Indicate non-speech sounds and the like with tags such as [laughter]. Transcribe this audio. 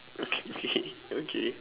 okay [laughs] okay okay